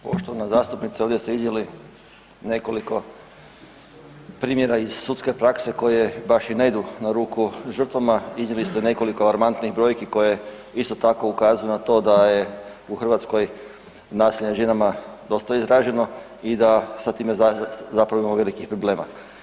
Poštovana zastupnice, ovdje ste vidjeli nekoliko primjera iz sudske prakse koje baš i ne idu na ruku žrtvama, vidjeli ste nekoliko alarmantnih brojki koje isto tako ukazuju na to da je u Hrvatskoj nasilje nad ženama dosta izraženo i da sa time zapravo imamo velikih problema.